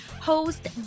host